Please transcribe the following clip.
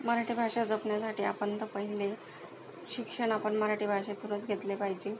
मराठी भाषा जपण्यासाठी आपण तर पहिले शिक्षण आपण मराठी भाषेतूनच घेतले पाहिजे